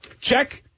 check